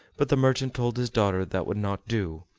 but the merchant told his daughter that would not do,